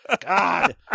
god